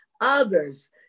others